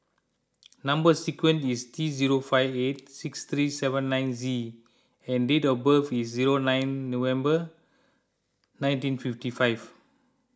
Number Sequence is T zero five eight six three seven nine Z and date of birth is zero nine November nineteen fifty five